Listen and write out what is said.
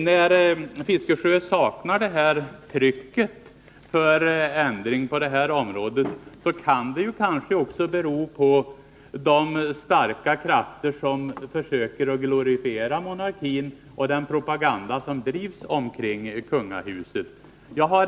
När herr Fiskesjö saknar trycket för ändring på detta område, så kan det kanske också bero på de starka krafter som försöker glorifiera monarkin och på den propaganda som drivs kring kungahuset.